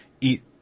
eat